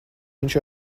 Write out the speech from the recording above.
viņš